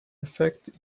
effect